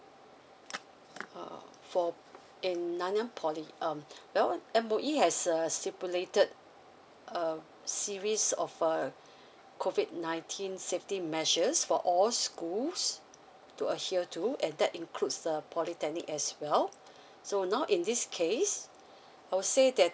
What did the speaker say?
err for in nanyang poly um well M_O_E has uh stipulated a series of uh COVID nineteen safety measures for all schools to adhere to and that includes the polytechnic as well so now in this case I will say that